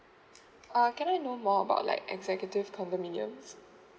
oh okay I know more about like executive condominiums